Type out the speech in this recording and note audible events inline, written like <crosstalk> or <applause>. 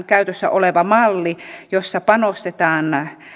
<unintelligible> käytössä oleva malli jossa panostetaan